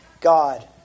God